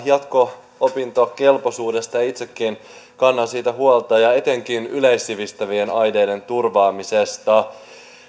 jatko opintokelpoisuudesta ja itsekin kannan siitä huolta etenkin yleissivistävien aineiden turvaamisesta